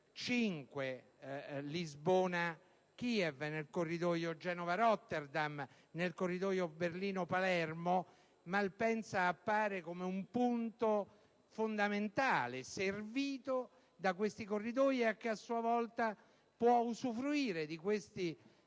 5, Lisbona-Kiev, dal corridoio Genova-Rotterdam e dal corridoio Berlino-Palermo, l'aeroporto di Malpensa appare come un punto fondamentale, servito da questi corridoi, di cui a sua volta può usufruire là dove